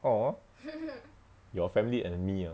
orh your family and me ah